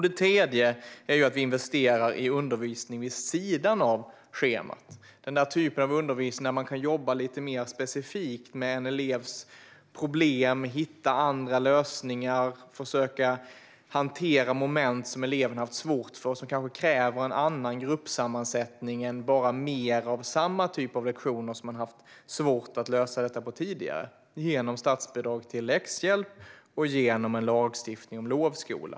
Det tredje är att vi investerar i undervisning vid sidan av schemat, alltså den där typen av undervisning där man jobba lite mer specifikt med en elevs problem för att hitta andra lösningar och försöka hantera moment som eleven har haft svårt för, vilket kanske kräver en annan gruppsammansättning än bara mer av samma typ av lektioner som man har haft svårt att lösa detta på tidigare. Detta gör vi genom statsbidrag till läxhjälp och en lagstiftning om lovskola.